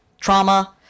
trauma